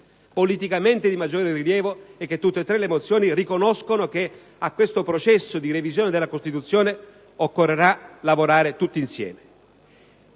politicamente di maggiore rilievo è che tutte le mozioni riconoscono che a tale processo di revisione della Costituzione occorrerà lavorare tutti insieme,